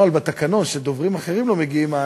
נוהל בתקנון: כשדוברים אחרים לא מגיעים,